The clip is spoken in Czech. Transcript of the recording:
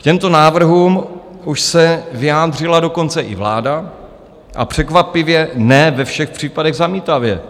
K těmto návrhům už se vyjádřila dokonce i vláda a překvapivě ne ve všech případech zamítavě.